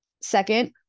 Second